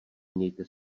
mějte